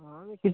আর কী